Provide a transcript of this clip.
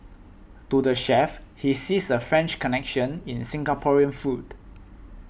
to the chef he sees a French connection in Singaporean food